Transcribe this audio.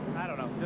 i don't know.